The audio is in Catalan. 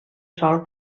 sòl